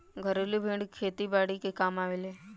घरेलु भेड़ खेती बारी के कामे आवेले